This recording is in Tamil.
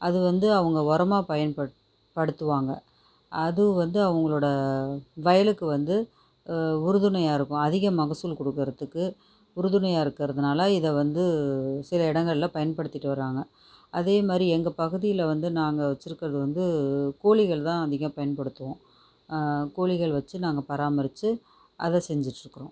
அது வந்து அவங்க உரமாக பயன்படுத்துவாங்கள் அது வந்து அவங்களோட வயலுக்கு வந்து உறுதுணையாக இருக்கும் அதிக மகசூல் கொடுக்குறதுக்கு உறுதுணையாக இருக்குறதுனால் இதை வந்து சில இடங்களில் பயன்படுத்திட்டு வராங்க அதேமாதிரி எங்கள் பகுதியில் வந்து நாங்கள் வச்சு இருக்கிறது வந்து கோழிகள் தான் அதிகம் பயன்படுத்துவோம் கோழிகள் வச்சு நாங்கள் பராமரித்து அதை செஞ்சுட்டு இருக்கிறோம்